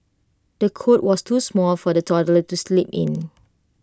the cot was too small for the toddler to sleep in